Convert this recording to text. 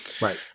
Right